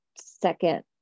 second